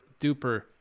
duper